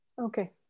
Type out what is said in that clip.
Okay